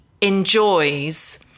enjoys